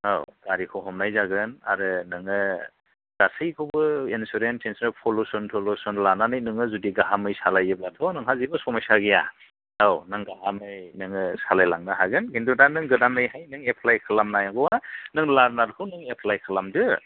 औ गारिखौ हमनाय जागोन आरो नोङो गासैखौबो एनसुरेनस फलुस'न थलुस'न लानानै नोङो जुदि गाहामै सालायोब्लाथ' नोंहा जेबो सम'स्या गैया औ नों गाहामै सालायलांनो हागोन खिन्थु दा नों गोदानैहाय नों एफ्लाय खालामनांगौ आ नों लारनारखौ एफ्लाय खालामदो